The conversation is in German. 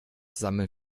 sammeln